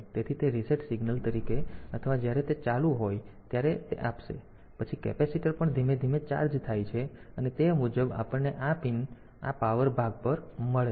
તેથી તે reset signal તરીકે અથવા જ્યારે તે ચાલુ હોય ત્યારે તે આપશે અને પછી કેપેસિટર પણ ધીમે ધીમે ચાર્જ થાય છે અને તે મુજબ આપણને આ પીન આ પાવર ભાગ પર મળે છે